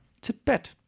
Tibet